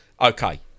Okay